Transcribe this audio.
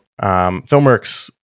Filmworks